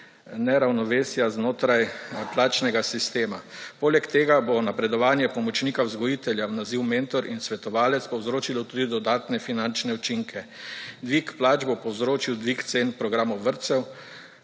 neravnovesja znotraj plačnega sistema. Poleg tega bo napredovanje pomočnika vzgojitelja v naziv mentor in svetovalec povzročilo tudi dodatne finančne učinke. Dvig plač bo povzročil dvig cen programov vrtcev,